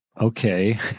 okay